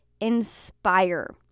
Inspire